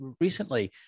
recently